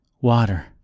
Water